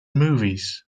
movies